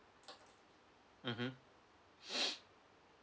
mmhmm